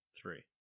Three